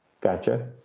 gotcha